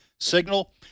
signal